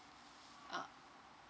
uh